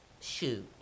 Shoot